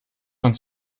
von